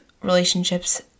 relationships